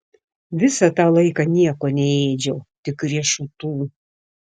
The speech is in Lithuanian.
visą tą laiką nieko neėdžiau tik riešutų